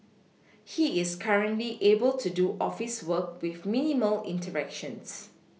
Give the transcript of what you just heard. he is currently able to do office work with minimal interactions